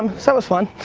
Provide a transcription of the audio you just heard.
so that was fun.